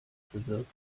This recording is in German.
bewirkt